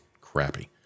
crappy